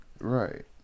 right